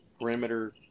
perimeter